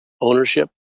ownership